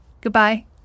Goodbye